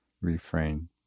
refrain